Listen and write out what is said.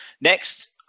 Next